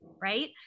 right